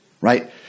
right